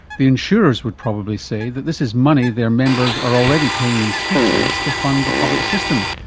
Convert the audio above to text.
the insurers would probably say that this is money their members are already paying in taxes to fund the public system,